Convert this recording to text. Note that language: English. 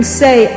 say